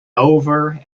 over